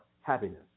happiness